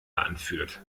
anführt